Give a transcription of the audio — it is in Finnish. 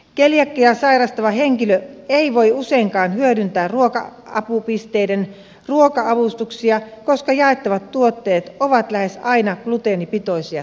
keliakiaa sairastava henkilö ei voi useinkaan hyödyntää ruoka apupisteiden ruoka avustuksia koska jaettavat tuotteet ovat lähes aina gluteenipitoisia tuotteita